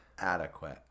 adequate